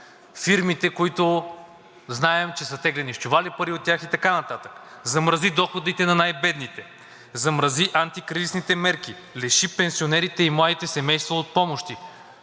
фирмите, които, знаем, че са теглени с чували пари от тях и така нататък, замрази доходите на най-бедните, замрази антикризисните мерки, лиши пенсионерите и младите семейства от помощи.